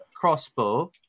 crossbow